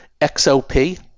XOP